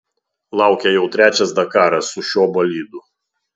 laukia jau trečias dakaras su šiuo bolidu